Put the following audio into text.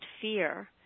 fear